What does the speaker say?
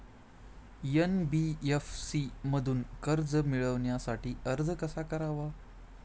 NBFC मधून कर्ज मिळवण्यासाठी अर्ज कसा करावा?